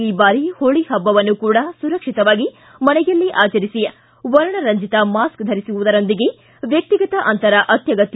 ಈ ಬಾರಿ ಹೋಳಿ ಹಬ್ಬವನ್ನು ಕೂಡ ಸುರಕ್ಷಿತವಾಗಿ ಮನೆಯಲ್ಲೇ ಆಚರಿಸಿ ವರ್ಣರಂಜಿತ ಮಾಸ್ಕ್ ಧರಿಸುವುದರೊಂದಿಗೆ ವ್ಯಕ್ತಿಗತ ಅಂತರ ಅತ್ಯಗತ್ಯ